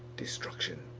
destruction,